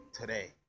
today